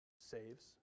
saves